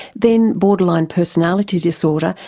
then borderline personality disorder,